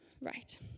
Right